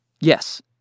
Yes